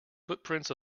footprints